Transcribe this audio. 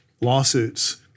lawsuits